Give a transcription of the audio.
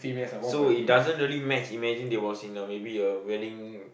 so it doesn't really match imagine they was in a maybe a wedding